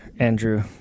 Andrew